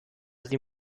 sie